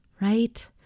Right